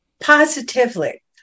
Positively